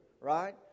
right